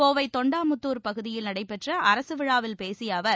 கோவை தொண்டாமுத்தூர் பகுதியில் நடைபெற்ற அரசு விழாவில் பேசிய அவர்